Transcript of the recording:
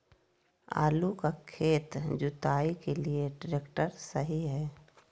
आलू का खेत जुताई के लिए ट्रैक्टर सही है?